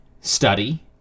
study